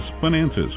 finances